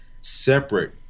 separate